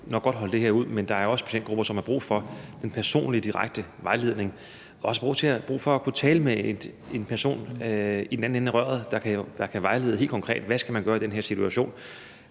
man jo nok godt holde det her ud, men der er også patientgrupper, som har brug for den personlige direkte vejledning og også brug for at kunne tale med en person i den anden ende af røret, der kan vejlede helt konkret om, hvad man skal gøre i den her situation,